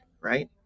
right